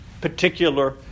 particular